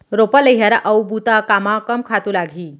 रोपा, लइहरा अऊ बुता कामा कम खातू लागही?